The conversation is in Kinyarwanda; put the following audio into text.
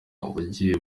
wagiye